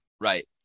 right